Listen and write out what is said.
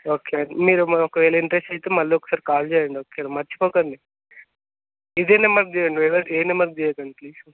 okay okay మీరు మరి ఒకవేళ ఇంట్రెస్ట్ అయితే మళ్ళీ ఒకసారి కాల్ చేయండి ఒకసారి మర్చిపోకండి ఇదే నెంబర్కి చేయండి వేరే ఏ నెంబర్కి చేయకండి ప్లీజ్ ఓకే